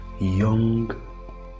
young